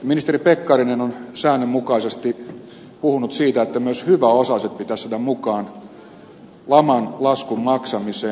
ministeri pekkarinen on säännönmukaisesti puhunut siitä että myös hyväosaiset pitäisi saada mukaan laman laskun maksamiseen